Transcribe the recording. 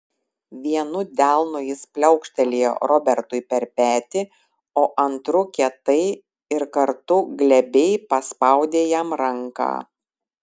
vienu delnu jis pliaukštelėjo robertui per petį o antru kietai ir kartu glebiai paspaudė jam ranką